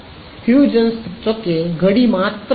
Huygens ತತ್ವಕ್ಕೆ ಗಡಿ ಮಾತ್ರ ಬೇಕು